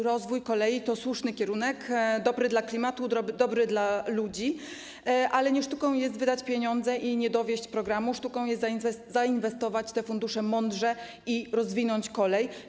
Rozwój kolei to słuszny kierunek, dobry dla klimatu, dobry dla ludzi, ale nie sztuką jest wydać pieniądze i nie zrealizować programu, sztuką jest zainwestować te fundusze mądrze i rozwinąć kolej.